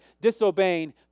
disobeying